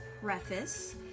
preface